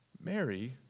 Mary